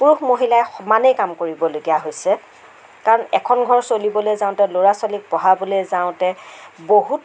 পুৰুষ মহিলাই সমানেই কাম কৰিবলগীয়া হৈছে কাৰণ এখন ঘৰ চলিবলৈ যাওঁতে ল'ৰা ছোৱালীক পঢ়াবলে যাওঁতে বহুত